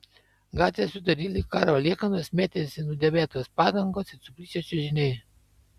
gatvės vidury lyg karo liekanos mėtėsi nudėvėtos padangos ir suplyšę čiužiniai